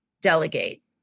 delegate